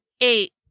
eight